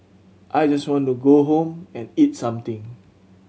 I just want to go home and eat something